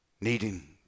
needing